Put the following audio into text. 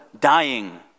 dying